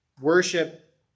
worship